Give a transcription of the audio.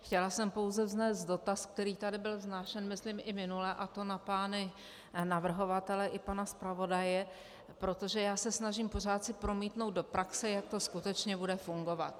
Chtěla jsem pouze vznést dotaz, který tady byl vznášen myslím i minule, a to na pány navrhovatele i pana zpravodaje, protože se snažím si pořád promítnout do praxe, jak to skutečně bude fungovat.